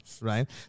right